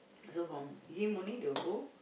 so from him only they will go